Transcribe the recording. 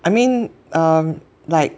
I mean um like